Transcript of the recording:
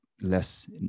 less